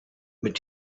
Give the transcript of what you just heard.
mit